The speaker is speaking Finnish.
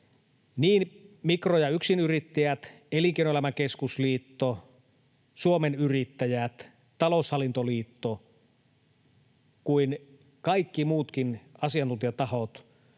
Niin Mikro- ja yksinyrittäjät, Elinkeinoelämän keskusliitto, Suomen Yrittäjät, Taloushallintoliitto kuin kaikki muutkin asiantuntijatahot